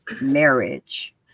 marriage